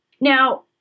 Now